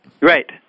Right